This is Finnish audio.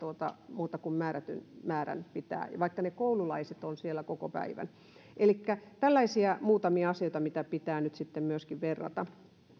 muuta kuin määrätyn määrän pitää vaikka ne koululaiset ovat siellä koko päivän elikkä muutamia tällaisia asioita mitä pitää nyt myöskin verrata